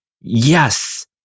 Yes